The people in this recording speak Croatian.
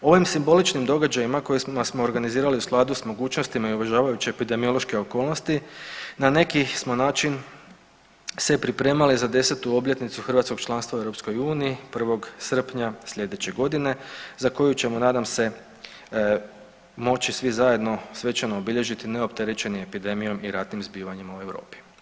Ovim simboličnim događajima koje smo organizirali u skladu s mogućnostima i uvažavajući epidemiološke okolnosti na neki smo način se pripremali za 10. obljetnicu hrvatskog članstva u EU 1. srpnja slijedeće godine za koju ćemo nadam se moći svi zajedno svečano obilježiti neopterećeni epidemijom i ratnim zbivanjima u Europi.